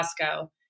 Costco